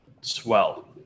Swell